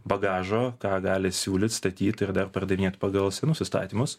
bagažo ką gali siūlyt statyt ir dar pardavinėt pagal senus įstatymus